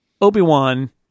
Obi-Wan